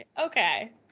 Okay